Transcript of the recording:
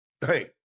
Hey